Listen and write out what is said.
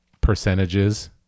percentages